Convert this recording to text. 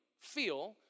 feel